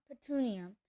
Petunia